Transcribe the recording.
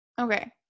okay